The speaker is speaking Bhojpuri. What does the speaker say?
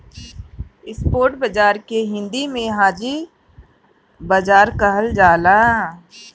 स्पॉट बाजार के हिंदी में हाजिर बाजार कहल जाला